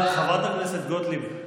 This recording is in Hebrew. חברת הכנסת גוטליב,